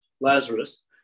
Lazarus